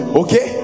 okay